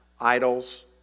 idols